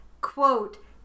quote